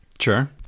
Sure